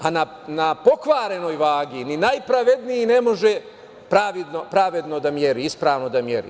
A na pokvarenoj vagi ni najpravedniji ne može pravedno da meri, ispravno da meri.